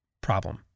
problem